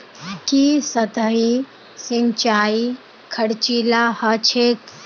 की सतही सिंचाई खर्चीला ह छेक